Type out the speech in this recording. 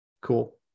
cool